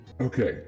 Okay